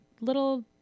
little